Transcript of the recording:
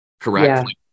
correct